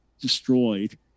destroyed